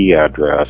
address